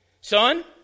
son